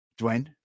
Dwayne